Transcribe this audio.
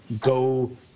go –